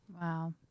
Wow